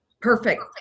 Perfect